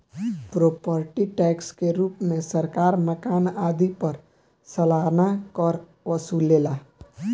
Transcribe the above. property tax के रूप में सरकार मकान आदि पर सालाना कर वसुलेला